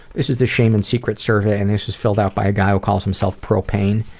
this is the shame and secrets survey, and this is filled out by a guy who calls himself propane.